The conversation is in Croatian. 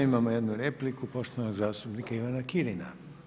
Imamo jednu repliku poštovanog zastupnika Ivana Kirina.